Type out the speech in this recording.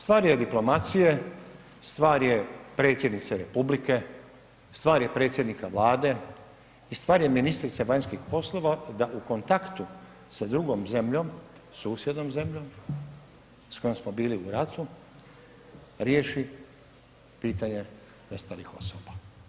Stvar je diplomacije, stvar je predsjednice Republike, stvar je predsjednika Vlade i stvar je ministrice vanjskih poslova da u kontaktu sa drugom zemljom susjednom zemljom s kojom smo bili u ratu riješi pitanje nestalih osoba.